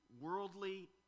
worldly